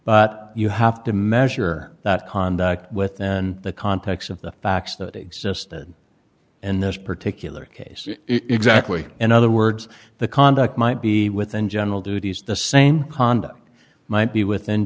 but you have to measure that conduct and the context of the facts that existed in this particular case exactly in other words the conduct might be within general duties the same conduct might be within